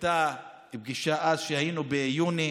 היינו בפגישה איתך ביוני,